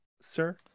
sir